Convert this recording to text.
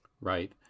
Right